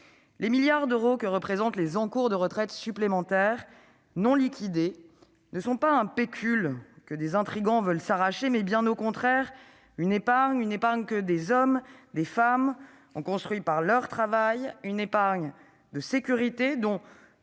Les milliards d'euros que représentent les encours des contrats d'épargne retraite supplémentaire non liquidés ne sont pas un pécule que des intrigants veulent s'arracher, mais bien au contraire une épargne que des hommes et des femmes ont construite par le travail, une épargne de sécurité dont